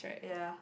ya